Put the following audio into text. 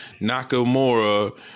Nakamura